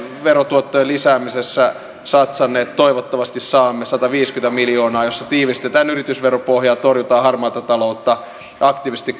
verotuottojen lisäämisessä satsanneet toivottavasti saamme sataviisikymmentä miljoonaa jossa tiivistetään yritysveropohjaa torjutaan harmaata taloutta aktiivisesti